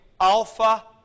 Alpha